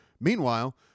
Meanwhile